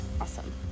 awesome